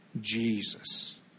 Jesus